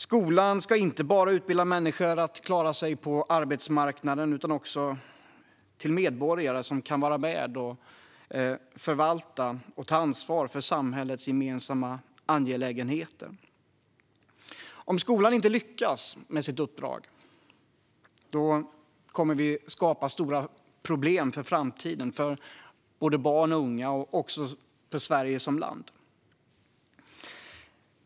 Skolan ska inte bara utbilda människor för att klara sig på arbetsmarknaden utan också till medborgare som kan vara med och förvalta och ta ansvar för samhällets gemensamma angelägenheter. Om skolan inte lyckas med sitt uppdrag kommer det att skapa stora problem för framtiden för både barn och unga och också för Sverige som land.